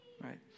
Right